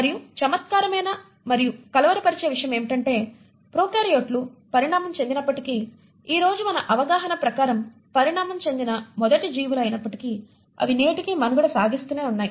మరియు చమత్కారమైన మరియు కలవరపరిచే విషయం ఏమిటంటే ప్రొకార్యోట్లు పరిణామం చెందినప్పటికీ ఈ రోజు మన అవగాహన ప్రకారం పరిణామం చెందిన మొదటి జీవులు అయినప్పటికీ అవి నేటికీ మనుగడ సాగిస్తూనే ఉన్నాయి